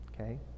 Okay